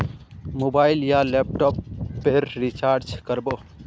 Mobile या laptop पेर recharge कर बो?